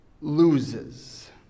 loses